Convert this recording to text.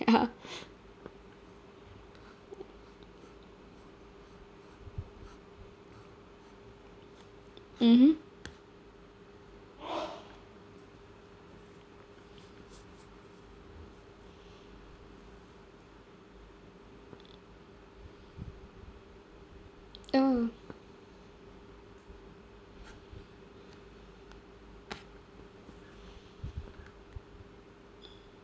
ya mmhmm oh